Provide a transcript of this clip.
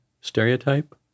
stereotype